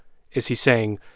is he saying,